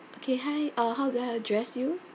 okay hi uh how do I address you